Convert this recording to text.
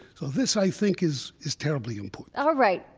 so this, i think, is is terribly important all right.